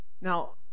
Now